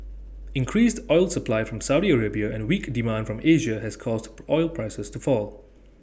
increased oil supply from Saudi Arabia and weak demand from Asia has caused oil prices to fall